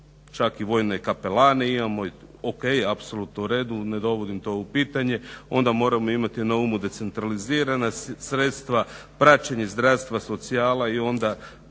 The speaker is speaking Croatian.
čak i vojne kapelane imamo o.k. apsolutno uredu ne dovodim to u pitanje, onda moramo imati na umu decentralizirana sredstva, praćenje zdravstva, socijala i onda